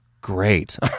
great